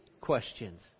questions